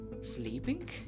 Sleeping